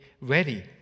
ready